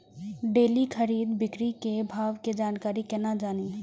Daily खरीद बिक्री के भाव के जानकारी केना जानी?